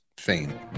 Fame